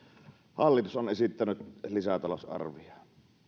hallitus on esittänyt lisätalousarvioon